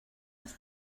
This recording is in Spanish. las